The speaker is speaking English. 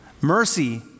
Mercy